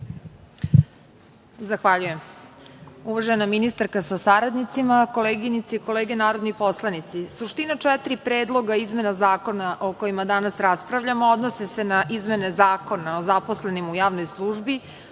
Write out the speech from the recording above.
Zahvaljujem. Uvažena ministarka sa saradnicima, koleginice i kolege narodni poslanici, suština četiri predloga izmena zakona o kojima danas raspravljamo, a odnose se na izmene Zakona o zaposlenima u javnoj službi,